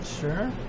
Sure